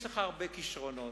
יש לך הרבה כשרונות.